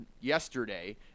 yesterday